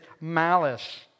malice